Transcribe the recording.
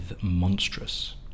Monstrous